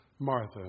Martha